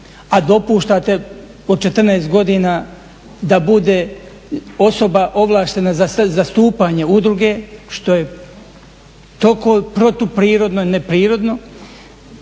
a dopuštate od 14 godina da bude osoba ovlaštena za zastupanje udruge što je toliko protuprirodno i neprirodno.